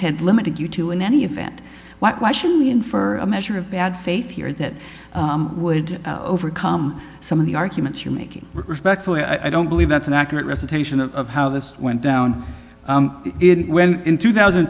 had limited you to in any event why should we in for a measure of bad faith here that would overcome some of the arguments you're making respectfully i don't believe that's an accurate recitation of how this went down in when in two thousand